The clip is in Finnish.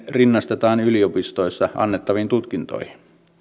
rinnastetaan yliopistoissa annettaviin tutkintoihin